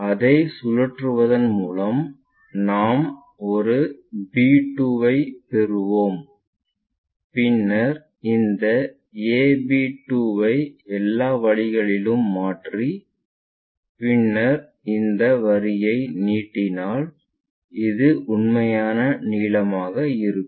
அதைச் சுழற்றுவதன் மூலம் நான் ஒரு பி 2 ஐப் பெறுவோம் பின்னர் அந்த ab 2 ஐ எல்லா வழிகளிலும் மாற்றி பின்னர் இந்த வரியை நீட்டினாள் இது உண்மையான நீளமாக இருக்கும்